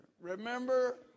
Remember